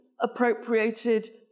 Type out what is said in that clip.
appropriated